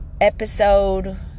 episode